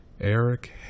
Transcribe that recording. Eric